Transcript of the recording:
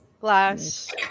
glass